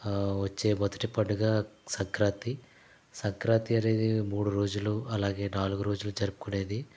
వచ్చే మొదటి పండుగ సంక్రాంతి సంక్రాంతి అనేది మూడు రోజులు అలాగే నాలుగు రోజులు జరుపుకునేది